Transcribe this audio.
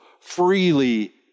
freely